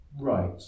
right